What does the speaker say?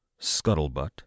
Scuttlebutt